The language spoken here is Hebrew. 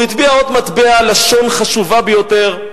והוא טבע עוד מטבע לשון חשובה ביותר,